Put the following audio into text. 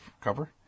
cover